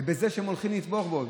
ובזה שהם הולכים לתמוך בו,